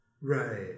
Right